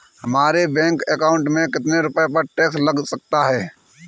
हमारे bank account में कितने रुपये पर टैक्स लग सकता है?